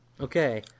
Okay